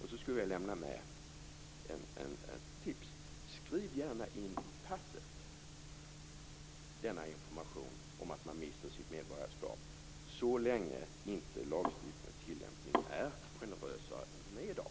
Jag skulle vilja lämna med ett tips: Skriv gärna in i passet information om att man mister sitt medborgarskap, så länge inte lagstiftningen och tilllämpningen är generösare än som det är i dag.